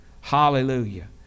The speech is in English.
hallelujah